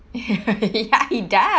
ya he does